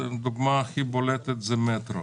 הדוגמה הכי בולטת היא המטרו.